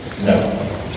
No